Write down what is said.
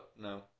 no